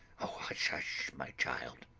oh, hush, hush, my child!